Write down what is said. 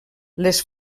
les